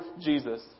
Jesus